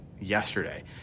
yesterday